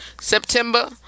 September